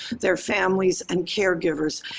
their families and caregivers,